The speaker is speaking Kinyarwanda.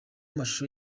mashusho